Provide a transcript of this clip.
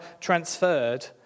transferred